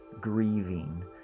grieving